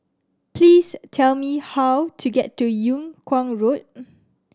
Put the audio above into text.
please tell me how to get to Yung Kuang Road